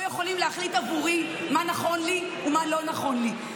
אתם לא יכולים להחליט עבורי מה נכון לי ומה לא נכון לי.